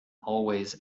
always